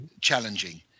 challenging